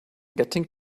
getting